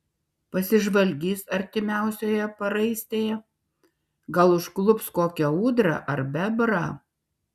pasižvalgys artimiausioje paraistėje gal užklups kokią ūdrą ar bebrą